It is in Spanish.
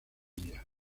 día